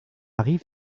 rive